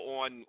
on